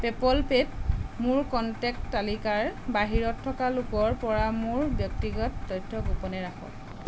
PayPal পে' ত মোৰ কণ্টেক্ট তালিকাৰ বাহিৰত থকা লোকৰ পৰা মোৰ ব্যক্তিগত তথ্য গোপনে ৰাখক